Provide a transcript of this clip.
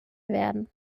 werden